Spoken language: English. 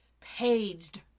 paged